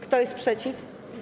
Kto jest przeciw?